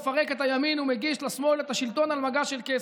מפרק את הימין ומגיש לשמאל את השלטון על מגש של כסף.